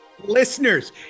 Listeners